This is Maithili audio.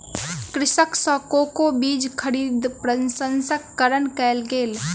कृषक सॅ कोको बीज खरीद प्रसंस्करण कयल गेल